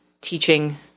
teaching